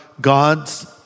God's